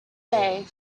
day